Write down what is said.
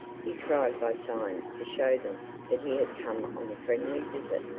he tried by signs to show them that he had come on a friendly visit.